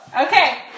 okay